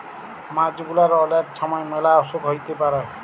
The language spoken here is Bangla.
মাছ গুলার অলেক ছময় ম্যালা অসুখ হ্যইতে পারে